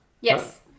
Yes